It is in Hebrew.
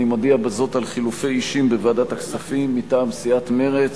אני מודיע בזאת על חילופי אישים בוועדת הכספים: מטעם סיעת מרצ,